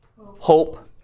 hope